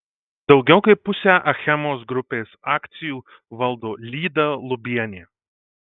daugiau kaip pusę achemos grupės akcijų valdo lyda lubienė